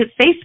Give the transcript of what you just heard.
Facebook